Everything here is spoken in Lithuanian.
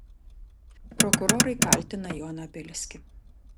prokurorai kaltina joną bielskį